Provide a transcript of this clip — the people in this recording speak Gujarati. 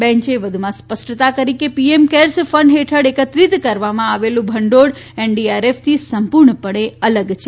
બેંચે વધુમાં સ્પષ્ટતા કરી હતી કે પીએમ કેર્સ ફંડ હેઠળ એકત્રિત કરવામાં આવેલા ભંડોળ એનડીઆરએફથી સંપૂર્ણપણે અલગ છે